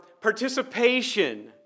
participation